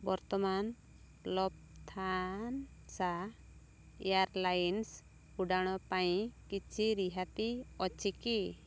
ବର୍ତ୍ତମାନ Lufthansa airlines ଉଡ଼ାଣ ପାଇଁ କିଛି ରିହାତି ଅଛିକି